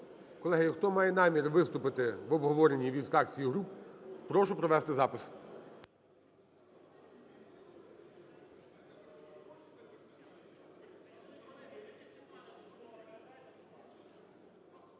Колеги, хто має намір виступити в обговоренні від фракцій і груп, прошу провести запис.